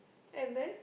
and then